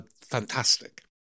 fantastic